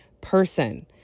person